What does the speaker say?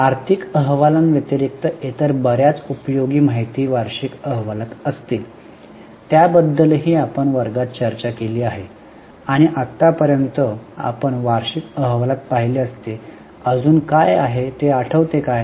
आर्थिक अहवालांव्यतिरिक्त इतर बर्याच उपयोगी माहिती वार्षिक अहवालात असतील त्याबद्दलही आपण वर्गात चर्चा केली आहे आणि आतापर्यंत आपण वार्षिक अहवालात पाहिले असते अजून काय आहे ते आठवते काय